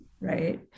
right